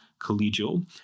collegial